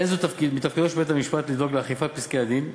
אין זה מתפקידו של בית-המשפט לדאוג לאכיפת פסקי-הדין.